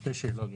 שתי שאלות.